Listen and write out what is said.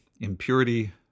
impurity